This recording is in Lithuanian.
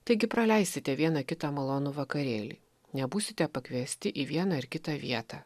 taigi praleisite vieną kitą malonų vakarėlį nebūsite pakviesti į vieną ar kitą vietą